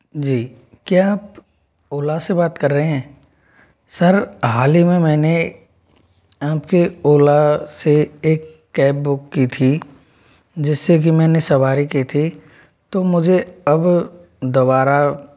जी क्या आप ओला से बात कर रहे हैं सर हाल ही में मैंने आपके ओला से एक कैब बुक की थी जिससे कि मैंने सवारी की थी तो मुझे अब दोबारा